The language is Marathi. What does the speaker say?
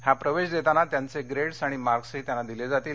हा प्रवेश देताना त्यांचे ग्रेड्स आणि मार्क्सही त्यांना दिले जातील